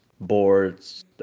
boards